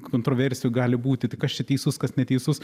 kontroversijų gali būti tai kas čia teisus kas neteisus